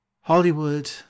Hollywood